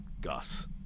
Gus